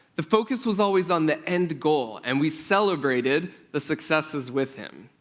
the focus was always on the end goal, and we celebrated the successes with him.